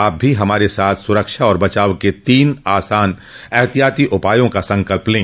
आप भी हमारे साथ सुरक्षा और बचाव के तीन आसान एहतियाती उपायों का संकल्प लें